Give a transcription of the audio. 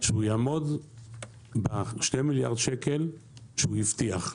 שהוא יעמוד בשני מיליארד שקל שהאו הבטיח,